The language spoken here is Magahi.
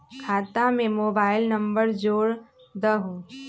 खाता में मोबाइल नंबर जोड़ दहु?